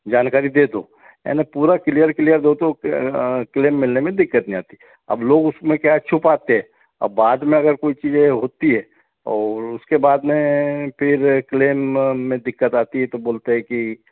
जानकारी दे दो है ना पूरा क्लियर क्लियर दो तो क्लेम मिलने में दिक्कत नहीं आती अब लोग उसमें क्या है छुपाते हैं और बाद में अगर कोई चीज़ें होती हैं और उसके बाद में फिर क्लेम में दिक्कत आती है तो बोलते हैं कि